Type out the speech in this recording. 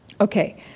okay